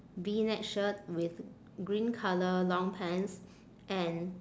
V neck shirt with green colour long pants and